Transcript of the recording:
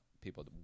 People